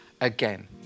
again